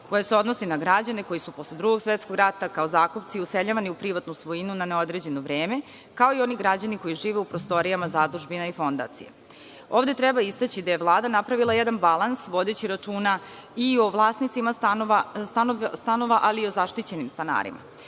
koje se odnosi na građane koji su posle Drugog svetskog rata, kao zakupci useljavani u privatnu svojinu na neodređeno vreme, kao i oni građani koji žive u prostorijama zadužbine i fondacije. Ovde treba istaći da je Vlada napravila jedan balans vodeći računa i o vlasnicima stanova, ali i o zaštićenim stanarima.